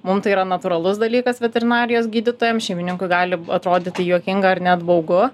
mum tai yra natūralus dalykas veterinarijos gydytojam šeimininkui gali atrodyti juokinga ar net baugu